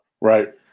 Right